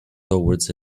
towards